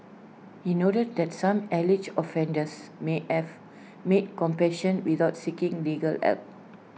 he noted that some alleged offenders may have made competion without seeking legal help